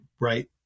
right